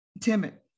timid